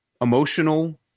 emotional